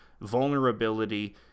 vulnerability